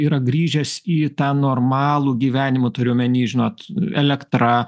yra grįžęs į tą normalų gyvenimą turiu omeny žinot elektra